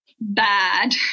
bad